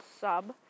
sub